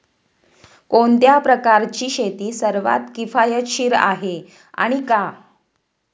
कोणत्या प्रकारची शेती सर्वात किफायतशीर आहे आणि का?